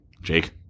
Jake